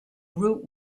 root